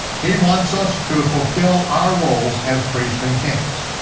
he wants us to fulfill our roles as priests and kings.